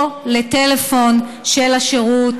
או לטלפון של השחרות,